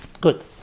Good